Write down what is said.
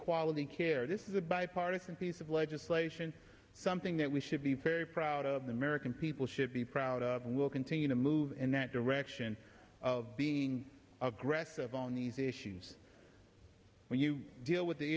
quality care this is a bipartisan piece of legislation something that we should be very proud of the american people should be proud of and will continue to move in that direction of being of grass of on these issues when you deal with the